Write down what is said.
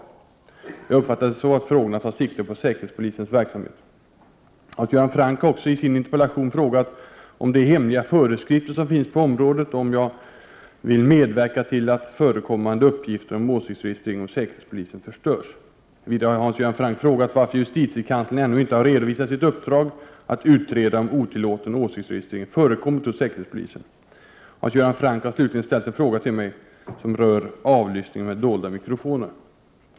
Jag har uppfattat det så, att frågorna tar sikte på säkerhetspolisens verksamhet. Hans Göran Franck har också i sin interpellation frågat om de hemliga föreskrifter som finns på området och om jag vill medverka till att förekommande uppgifter om åsiktsregistrering hos säkerhetspolisen förstörs. Vidare har Hans Göran Franck frågat varför justitiekanslern ännu inte har redovisat sitt uppdrag att utreda om otillåten åsiktsregistrering förekommit hos säkerhetspolisen. Hans Göran Franck har slutligen ställt en fråga till mig som rör avlyssning med dolda mikrofoner.